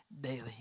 daily